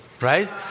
right